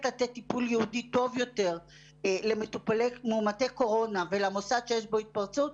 לתת טיפול ייעודי טוב יותר למאומתי קורונה ולמוסד שיש בו התפרצות.